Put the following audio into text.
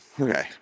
Okay